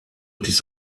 this